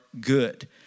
good